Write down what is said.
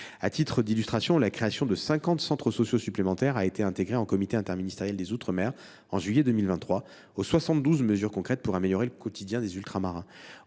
À titre d’illustration, la création de 50 centres sociaux supplémentaires a été intégrée, en juillet 2023, en comité interministériel des outre mer, aux 72 mesures concrètes pour améliorer le quotidien des Ultramarins.